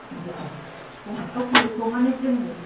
কি ওই প্রমাণের জন্যই